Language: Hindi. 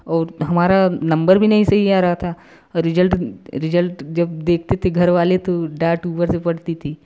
और हमारा नंबर भी नहीं सही आ रहा था रिजल्ट रिजल्ट जब देखते थे घर वाले तो डांट ऊपर से पड़ती थी